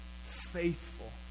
faithful